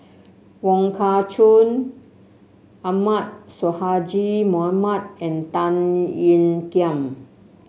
Wong Kah Chun Ahmad Sonhadji Mohamad and Tan Ean Kiam